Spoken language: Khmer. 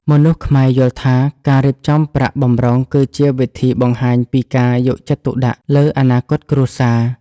មនុស្សខ្មែរយល់ថា ការរៀបចំប្រាក់បម្រុងគឺជាវិធីបង្ហាញពីការយកចិត្តទុកដាក់លើអនាគតគ្រួសារ។